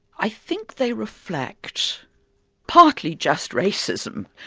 i think they reflect partly just racism,